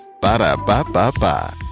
Ba-da-ba-ba-ba